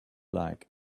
like